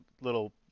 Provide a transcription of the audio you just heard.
little